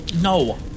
No